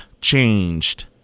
changed